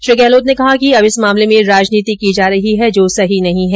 श्री गहलोत ने कहा कि अब इस मामले में राजनीति की जा रही है जो सही नहीं है